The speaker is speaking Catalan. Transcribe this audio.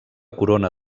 corona